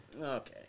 Okay